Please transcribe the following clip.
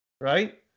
right